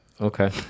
Okay